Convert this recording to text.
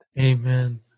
Amen